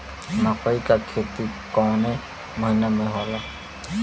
मकई क खेती कवने महीना में होला?